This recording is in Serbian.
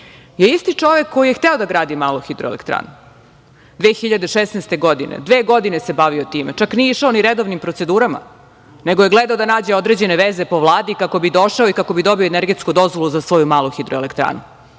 je isti čovek koji je hteo da gradi malu hidroelektranu 2016. godine. Dve godine se bavio time. Čak nije išao ni redovnim procedurama, nego je gledao da nađe određene veze po Vladi kako bi došao i kako bi dobio energetsku dozvolu za svoju malu hidroelektranu,